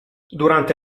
durante